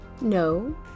no